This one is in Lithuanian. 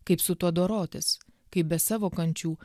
kaip su tuo dorotis kaip be savo kančių